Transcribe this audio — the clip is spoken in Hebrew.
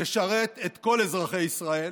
תשרת את כל אזרחי ישראל,